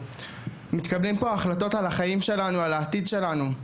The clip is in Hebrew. מקבלים פה החלטות על החיים ועל העתיד שלנו.